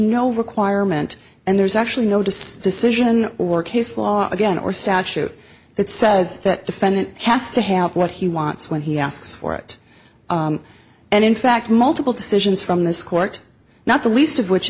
no requirement and there's actually no decision or case law again or statute that says that defendant has to have what he wants when he asks for it and in fact multiple decisions from this court not the least of which